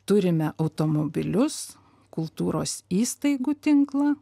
turime automobilius kultūros įstaigų tinklą